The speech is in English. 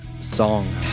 song